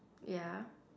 ya